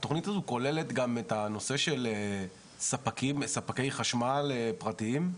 התכנית הזו כוללת גם את הנושא של ספקי חשמל פרטיים?